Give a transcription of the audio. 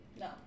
No